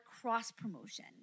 cross-promotion